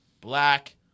Black